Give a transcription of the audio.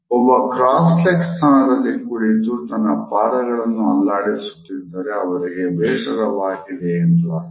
ಒಬ್ಬ cross leg ಸ್ಥಾನದಲ್ಲಿ ಕುಳಿತು ತನ್ನ ಪಾದಗಳನ್ನು ಅಲ್ಲಾಡಿಸುತ್ತಿದ್ದರೆ ಅವರಿಗೆ ಬೇಸರವಾಗಿದೆ ಎಂದು ಅರ್ಥ